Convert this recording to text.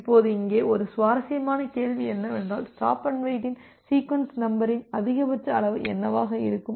இப்போது இங்கே ஒரு சுவாரஸ்யமான கேள்வி என்னவென்றால் ஸ்டாப் அண்டு வெயிட் இன் சீக்வென்ஸ் நம்பரின் அதிகபட்ச அளவு என்னவாக இருக்கும்